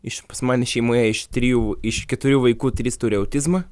iš pas mane šeimoje iš trijų iš keturių vaikų trys turi autizmą